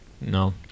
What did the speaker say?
No